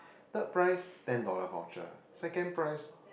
third prize ten dollar voucher second prize